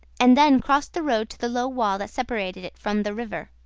and then crossed the road to the low wall that separated it from the river.